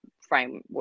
framework